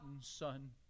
Son